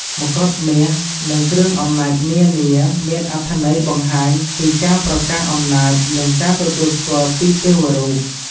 មកុដមាស និងគ្រឿងអំណាចនានា មានអត្ថន័យបង្ហាញពីការប្រកាសអំណាច និងការទទួលស្គាល់ពីទេវរូប។